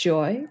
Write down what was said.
Joy